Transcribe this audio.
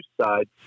side